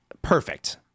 perfect